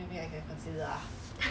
如果你真的去当兵我看你完蛋了